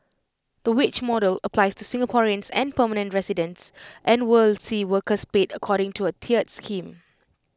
the wage model applies to Singaporeans and permanent residents and will see workers paid according to A tiered scheme